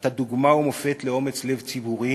אתה דוגמה ומופת לאומץ לב ציבורי.